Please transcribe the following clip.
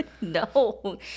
No